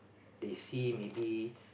they see maybe